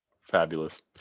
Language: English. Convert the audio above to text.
Fabulous